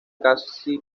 casi